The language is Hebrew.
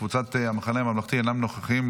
קבוצת המחנה הממלכתי אינם נוכחים,